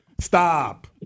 Stop